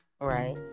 Right